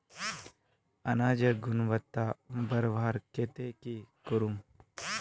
अनाजेर गुणवत्ता बढ़वार केते की करूम?